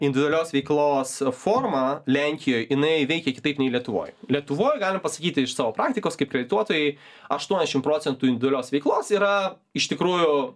individualios veiklos forma lenkijoj jinai veikia kitaip nei lietuvoj lietuvoj galim pasakyti iš savo praktikos kaip kredituotojai aštuoniasdešim procentų individualios veiklos yra iš tikrųjų